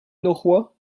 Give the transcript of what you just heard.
norrois